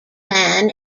man